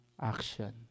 action